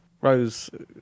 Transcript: Rose